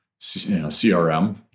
CRM